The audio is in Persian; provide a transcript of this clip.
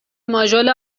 ماژول